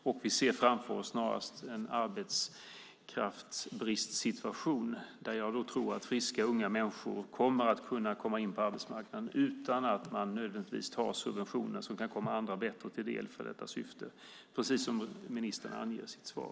Snarast ser vi framför oss en situation med brist på arbetskraft. Jag tror att friska unga människor kommer att kunna komma in på arbetsmarknaden utan att man nödvändigtvis har subventioner som bättre kan komma andra till del för detta syfte, precis som ministern angett i sitt svar.